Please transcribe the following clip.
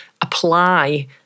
apply